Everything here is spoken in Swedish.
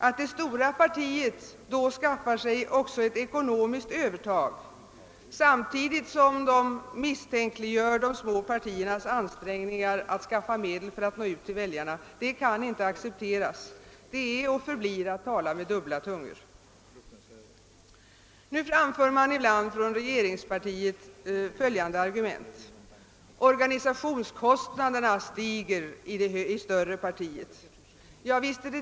Att det stora partiet då skaffar sig också ekonomiskt övertag — samtidigt som man misstänkliggör de små partiernas ansträngningar att skaffa medel för 'att nå ut till väljarna — kan inte accepteras. Det är och förblir att tala med dubbla tungor. Nu framför man ibland från regeringspartiet följande argument. Organisationskostnaderna stiger i det större partiet.